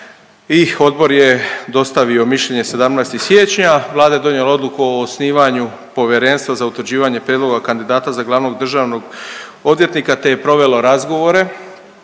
i odbor je dostavio mišljenje 17. siječnja. Vlada je donijela odluku o osnivanju Povjerenstva za utvrđivanje prijedloga kandidata za glavnog državnog odvjetnika te je provelo razgovor